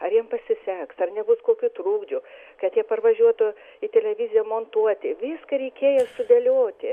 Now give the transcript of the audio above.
ar jiem pasiseks ar nebus kokių trukdžių kad jie parvažiuotų į televiziją montuoti viską reikėjo sudėlioti